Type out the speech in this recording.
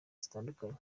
zitandura